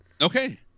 okay